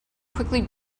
quickly